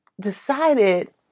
decided